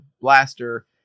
blaster